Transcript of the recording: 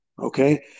okay